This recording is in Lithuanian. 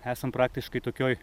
esam praktiškai tokioj